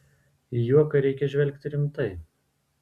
į juoką reikia žvelgti rimtai